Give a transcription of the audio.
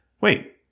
wait